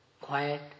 quiet